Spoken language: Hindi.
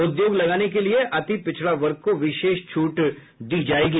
उद्योग लगाने के लिए अति पिछड़ा वर्ग को विशेष छूट दी जायेगी